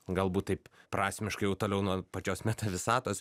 galbūt taip prasmiškai jau toliau nuo pačios meta visatos